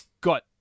got